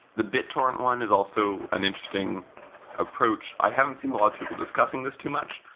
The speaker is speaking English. the bittorrent one is also an interesting approach. i haven't seen a lot of people discussing this too much,